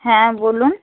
হ্যাঁ বলুন